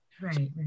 Right